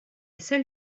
seule